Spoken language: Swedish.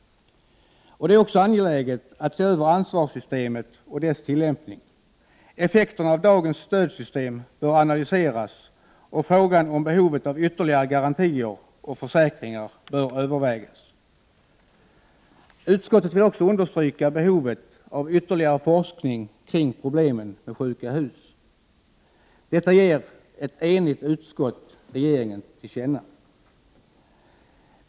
Det är också angeläget att se över ansvarssystemet och dess tillämpning. Effekterna av dagens stödsystem bör analyseras, och frågan om behovet av ytterligare garantier och försäkringar bör övervägas. Utskottet vill också understryka behovet av ytterligare forskning kring problemen med sjuka hus. Detta ger ett enigt utskott regeringen till känna.